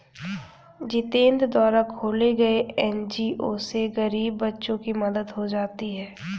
जितेंद्र द्वारा खोले गये एन.जी.ओ से गरीब बच्चों की मदद हो जाती है